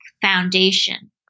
foundation